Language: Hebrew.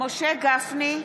משה גפני,